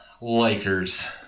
Lakers